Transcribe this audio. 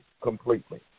completely